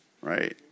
Right